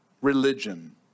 religion